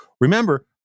Remember